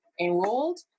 enrolled